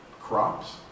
crops